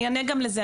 אני אענה גם לזה,